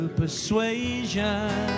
persuasion